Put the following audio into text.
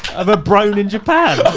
overbrown in japan.